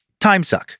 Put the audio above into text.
timesuck